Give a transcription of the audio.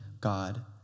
God